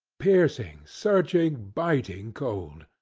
piercing, searching, biting cold.